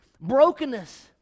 Brokenness